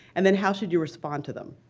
and then how should you respond to them?